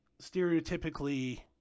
stereotypically